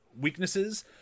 weaknesses